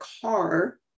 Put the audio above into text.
car